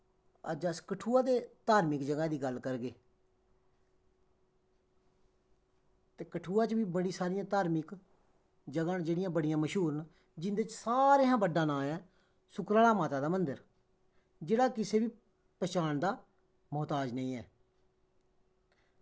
अज्ज अस कठुआ दे धार्मक जगह् दी गल्ल करगे ते कठुआ च बी बड़ी सारियां धार्मक जगह् न जेह्ड़ियां बड़ियां मश्हूर न जिन्दे च सारें शा बड्डा नांऽ ऐ सुकराला माता दा मन्दर जेह्ड़ा किसे बी पैह्चान दा मोहताज़ नेईं ऐ